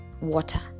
water